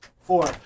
Four